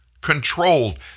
controlled